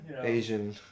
Asian